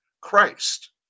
Christ